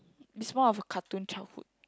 is more of a cartoon childhood